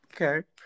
Okay